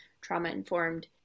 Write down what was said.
trauma-informed